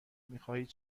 میخواهید